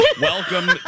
Welcome